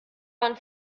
waren